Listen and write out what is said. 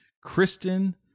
Kristen